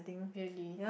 really